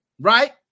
right